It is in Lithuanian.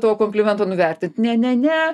tavo komplimentą nuvertint ne ne ne